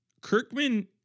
Kirkman